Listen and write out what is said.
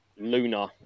Luna